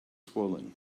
swollen